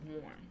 warm